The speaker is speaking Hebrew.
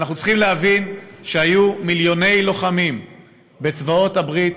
אנחנו צריכים להבין שהיו מיליוני לוחמים בצבאות בעלות הברית